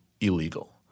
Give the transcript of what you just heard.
illegal